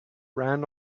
ran